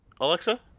Alexa